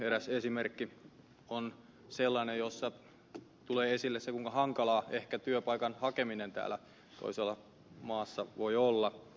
eräs esimerkki on sellainen jossa tulee esille se kuinka hankalaa ehkä työpaikan hakeminen täällä toisella maassa voi olla